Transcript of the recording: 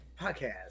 podcast